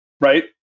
right